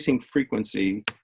frequency